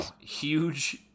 huge